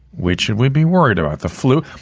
which should we be worried about? the flu?